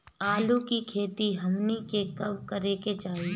आलू की खेती हमनी के कब करें के चाही?